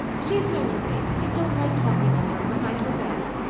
she is my roommate, i don't like talking of her behind her back.